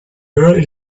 were